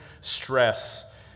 stress